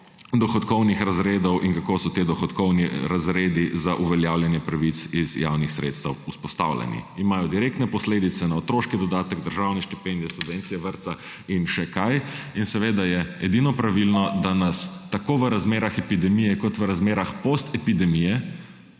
dohodkovnih razredov in kako so ti dohodkovni razredi za uveljavljanje pravic iz javnih sredstev vzpostavljeni. Imajo direktne posledice na otroški dodatek, državne štipendije, subvencije vrtca in še kaj in seveda je edino pravilno, da nas tako v razmerah epidemije kot v razmerah postepidemije,